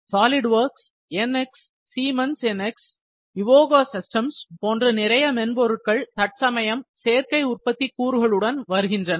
Solidworks NX Siemens NX Evoga systems போன்று நிறைய மென்பொருட்கள் தற்சமயம் சேர்க்கை உற்பத்தி கூறுகளுடன் வருகின்றன